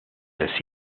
this